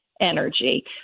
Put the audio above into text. energy